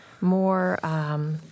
more